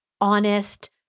honest